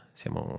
siamo